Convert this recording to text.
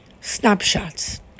Snapshots